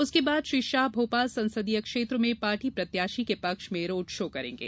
उसके बाद श्री शाह भोपाल संसदीय क्षेत्र में पार्टी प्रत्याशी के पक्ष में रोड शो करेंगे